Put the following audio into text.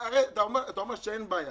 אתה אומר שאין בעיה,